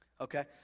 okay